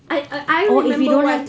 I I don't remember one